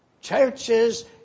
Churches